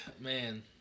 man